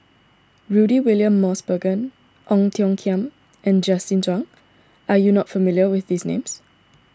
Rudy William Mosbergen Ong Tiong Khiam and Justin Zhuang are you not familiar with these names